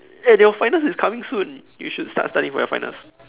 and your finals is coming soon you should start studying for your finals